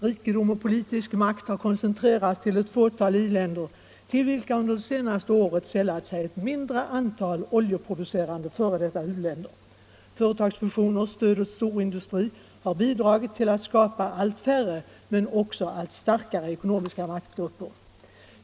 Rikedom och politisk makt har koncentrerats till ett fåtal i-länder, till vilka under det senaste året sällat sig ett mindre antal oljeproducerande f. d. u-länder. Företagsfusioner och stöd åt storindustri har bidragit till att skapa allt färre men också allt starkare ekonomiska maktgrupper.